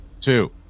Two